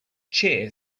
chair